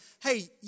hey